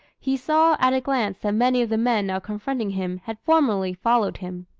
he saw at a glance that many of the men now confronting him had formerly followed him.